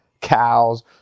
cows